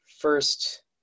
first